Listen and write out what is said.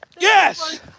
Yes